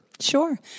Sure